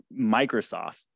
Microsoft